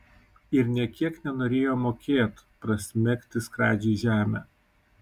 ir nė kiek nenorėjo mokėt prasmegti skradžiai žemę